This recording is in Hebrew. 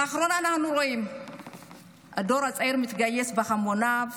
לאחרונה אנחנו רואים שהדור הצעיר מתגייס בהמוניו